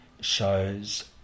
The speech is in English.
shows